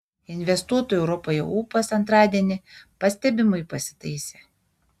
investuotojų europoje ūpas antradienį pastebimai pasitaisė